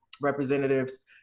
representatives